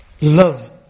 love